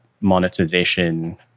monetization